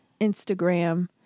Instagram